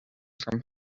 from